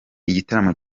igitaramo